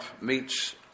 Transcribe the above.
meets